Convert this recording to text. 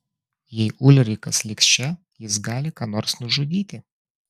jei ulrikas liks čia jis gali ką nors nužudyti